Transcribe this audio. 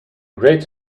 great